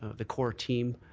the core team,